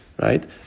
right